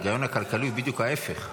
ההיגיון הכלכלי הוא בדיוק ההפך,